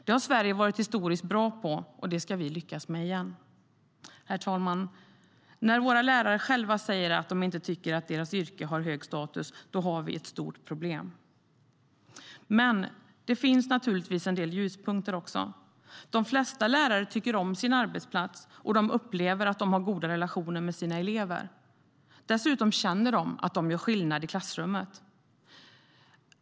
Det har Sverige varit historiskt bra på och det ska vi lyckas med igen. Herr talman! När våra lärare själva säger att de inte tycker att deras yrke har hög status har vi ett stort problem. Men det finns naturligtvis också en del ljuspunkter.De flesta lärarna tycker om sin arbetsplats och de upplever att de har goda relationer med sina elever. Dessutom känner de att de gör skillnad i klassrummet.